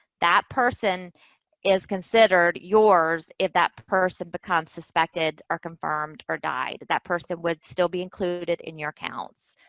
that person is considered yours if that person becomes suspected or confirmed or died. that person would still be included in your counts.